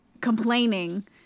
complaining